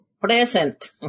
Present